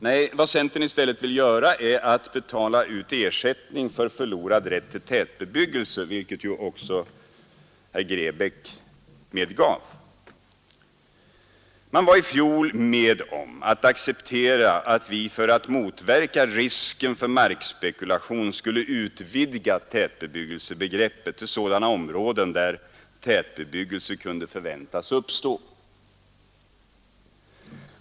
Nej, vad centern i stället vill göra är att betala ut ersättning för förlorad rätt till tätbebyggelse, vilket även herr Grebäck medgav. Man var i fjol med om att acceptera att vi för att motverka risken för markspekulation skulle utvidga tätbebyggelsebegreppet till sådana områden där tätbebyggelse kunde förväntas uppstå.